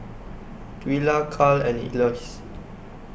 Twila Karl and Elois